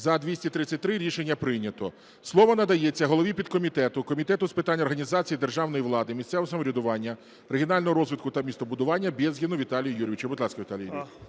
За-233 Рішення прийнято. Слово надається голові підкомітету Комітету з питань організації державної влади, місцевого самоврядування, регіонального розвитку та містобудування Безгіну Віталію Юрійовичу. Будь ласка, Віталій Юрійович.